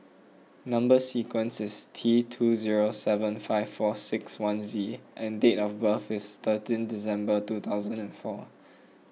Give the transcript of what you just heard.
Number Sequence is T two zero seven five four six one Z and date of birth is thirteen December two thousand and four